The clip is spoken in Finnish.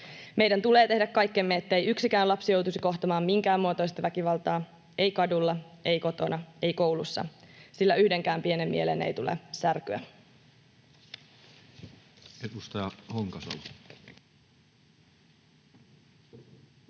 Meidän tulee tehdä kaikkemme, ettei yksikään lapsi joutuisi kohtaamaan minkään muotoista väkivaltaa, ei kadulla, ei kotona, ei koulussa, sillä yhdenkään pienen mielen ei tule särkyä.